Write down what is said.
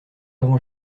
avant